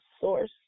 source